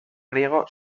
griego